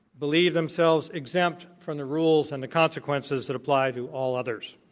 believe themselves exempt from the rules and the consequences that apply to all others.